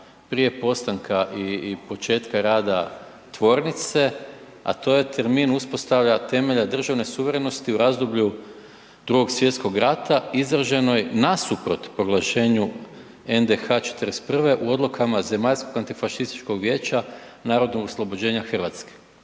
prije postanka i početka rada tvornice, a to je termin uspostavljanja temelja državne suverenosti u razdoblju Drugog svjetskog rata izraženoj nasuprot proglašenju NDH '41. u odlukama Zemaljskog antifašističkog vijeća narodnog oslobođenja Hrvatske,